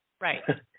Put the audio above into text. Right